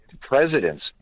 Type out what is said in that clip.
presidents